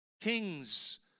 kings